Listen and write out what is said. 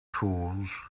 tools